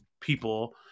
people